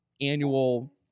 annual